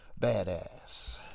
Badass